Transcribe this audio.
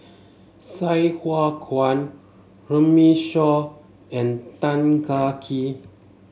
Sai Hua Kuan Runme Shaw and Tan Kah Kee